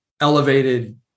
elevated